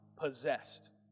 possessed